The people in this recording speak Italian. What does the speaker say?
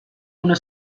una